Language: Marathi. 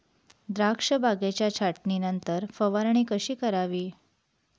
द्राक्ष बागेच्या छाटणीनंतर फवारणी कशी करावी?